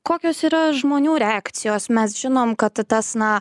kokios yra žmonių reakcijos mes žinom kad tas na